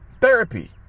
therapy